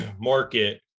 market